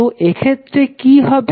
তো এক্ষেত্রে কি হবে